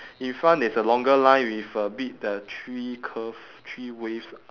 in front there's a longer line with a bit the three curve three waves ah